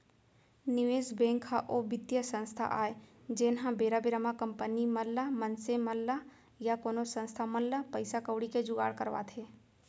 निवेस बेंक ह ओ बित्तीय संस्था आय जेनहा बेरा बेरा म कंपनी मन ल मनसे मन ल या कोनो संस्था मन ल पइसा कउड़ी के जुगाड़ करवाथे